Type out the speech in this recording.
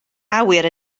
awyr